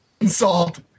insult